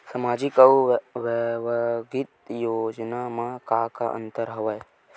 सामाजिक अउ व्यक्तिगत योजना म का का अंतर हवय?